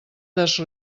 des